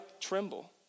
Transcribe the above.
tremble